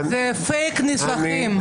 זה פייק מסמכים.